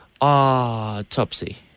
autopsy